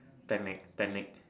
technique technique